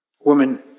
woman